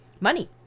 money